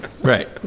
right